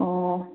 ꯑꯣ